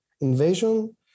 invasion